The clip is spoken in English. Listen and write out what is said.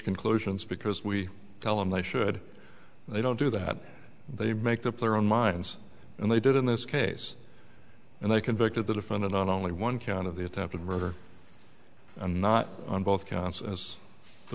conclusions because we tell them they should they don't do that they make up their own minds and they did in this case and they convicted the defendant on only one count of the attempted murder and not on both counts as the